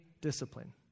discipline